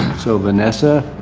so vanessa,